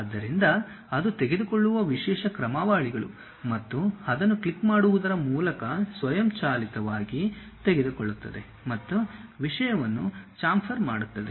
ಆದ್ದರಿಂದ ಅದು ತೆಗೆದುಕೊಳ್ಳುವ ವಿಶೇಷ ಕ್ರಮಾವಳಿಗಳು ಮತ್ತು ಅದನ್ನು ಕ್ಲಿಕ್ ಮಾಡುವುದರ ಮೂಲಕ ಸ್ವಯಂಚಾಲಿತವಾಗಿ ತೆಗೆದುಕೊಳ್ಳುತ್ತದೆ ಮತ್ತು ವಿಷಯವನ್ನು ಚಾಂಫರ್ ಮಾಡುತ್ತದೆ